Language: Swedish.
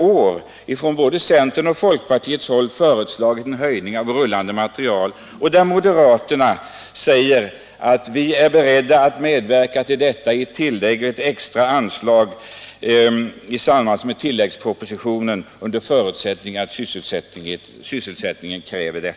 Dessutom hade både centern och folkpartiet redan tidigare år föreslagit en höjning av anslaget till rullande materiel samtidigt, som moderata samlingspartiet sagt sig vara berett att acceptera detta i samband med tilläggspropositionen, under förutsättning att sysselsättningen krävde det.